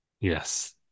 Yes